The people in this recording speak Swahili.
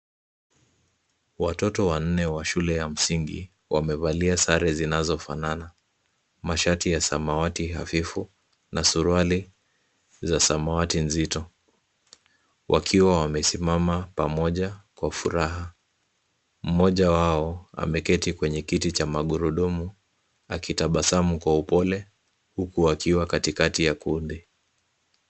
Watoto wanne wa shule ya msingi wamevalia sare zinazofanana, mashati ya samawati hafifu na suruali za samawati nzito wakiwa wamesimama pamoja kwa furaha. Mmoja wao ameketi kwenye kiti cha magurudumu akitabasamu kwa upole huku akiwa katikati ya kundi.